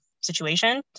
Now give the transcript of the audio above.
situation